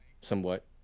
somewhat